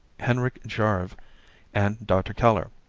henrik jarve and dr. keller?